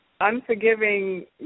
Unforgiving